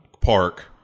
park